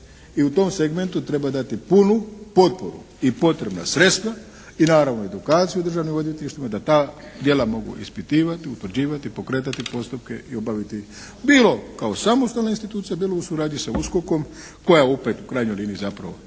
I u tom segmentu treba dati punu potporu i potrebna sredstva i naravno edukaciju u državnim odvjetništvima da ta djela mogu ispitivati, utvrđivati i pokretati postupke i obaviti bilo kao samostalna institucija bilo u suradnji sa USKOK-om koja opet u krajnjoj liniji zapravo